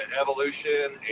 evolution